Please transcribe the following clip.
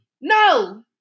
No